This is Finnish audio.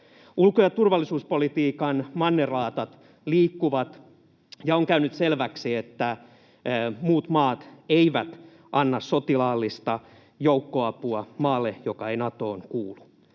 Ulko- ja turvallisuuspolitiikan mannerlaatat liikkuvat, ja on käynyt selväksi, että muut maat eivät anna sotilaallista joukkoapua maalle, joka ei Natoon kuulu.